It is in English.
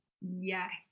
Yes